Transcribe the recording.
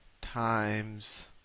times